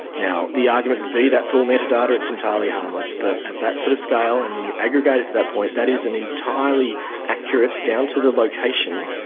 now, the argument would be that's all metadata, it's entirely harmless. but at that sort of scale and when you aggregate it to that point, that is an entirely accurate, down to the location,